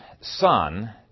son